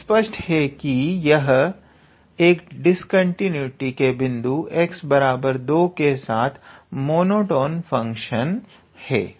तो स्पष्ट है कि यह एक डिस्कंटीन्यूटी के बिंदु x2 के साथ मोनोटोन फंक्शन है